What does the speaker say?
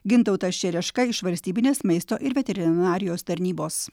gintautas čereška iš valstybinės maisto ir veterinarijos tarnybos